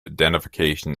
identification